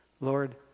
Lord